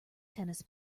tennis